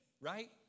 right